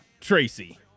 Tracy